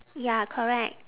ya correct